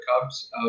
cubs